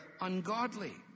ungodly